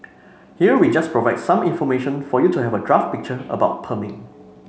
here we just provide some information for you to have a draft picture about perming